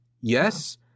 Yes